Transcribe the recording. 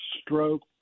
stroke